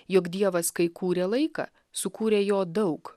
jog dievas kai kūrė laiką sukūrė jo daug